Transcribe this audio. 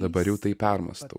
dabar jau tai permąstau